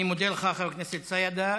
אני מודה לך, חבר כנסת סידה.